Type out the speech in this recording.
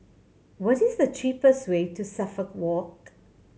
what is the cheapest way to Suffolk Walk